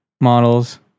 models